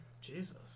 Jesus